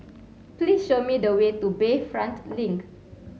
please show me the way to Bayfront Link